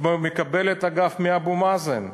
מקבלת, אגב, מאבו מאזן,